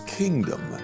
kingdom